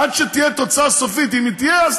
עד שתהיה תוצאה סופית, אם היא תהיה, אז